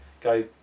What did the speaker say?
go